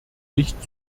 nicht